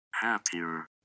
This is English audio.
Happier